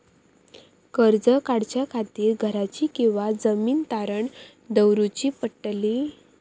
कर्ज काढच्या खातीर घराची किंवा जमीन तारण दवरूची पडतली?